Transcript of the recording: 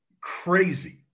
crazy